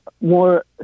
more